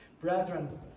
Brethren